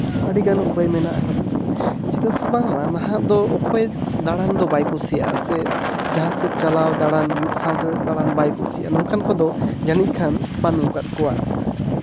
ᱟᱹᱰᱤᱜᱟᱱ ᱩᱯᱟᱹᱭ ᱢᱮᱱᱟᱜ ᱠᱟᱫᱟ ᱪᱮᱫᱟᱜ ᱥᱮ ᱵᱟᱝ ᱱᱟᱦᱟᱜ ᱫᱚ ᱚᱠᱚᱭ ᱫᱟᱲᱟᱱ ᱫᱚ ᱵᱟᱭ ᱠᱩᱥᱤᱭᱟᱜᱼᱟ ᱥᱮ ᱡᱟᱦᱟᱸᱥᱮᱫ ᱪᱟᱞᱟᱣ ᱫᱟᱬᱟᱱ ᱢᱤᱫ ᱥᱟᱶ ᱛᱮ ᱫᱟᱬᱟᱱ ᱵᱟᱭ ᱠᱩᱥᱤᱭᱟᱜᱼᱟ ᱱᱚᱝᱠᱟᱱ ᱠᱚᱫᱚ ᱡᱟᱹᱱᱤᱡ ᱠᱷᱟᱱ ᱵᱟᱹᱱᱩᱜ ᱟᱠᱟᱫ ᱠᱚᱣᱟ